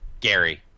Gary